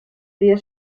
dia